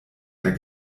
der